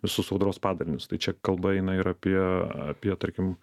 visus audros padarinius tai čia kalba eina ir apie apie tarkim